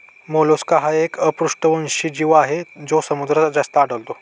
Mollusca हा एक अपृष्ठवंशी जीव आहे जो समुद्रात जास्त आढळतो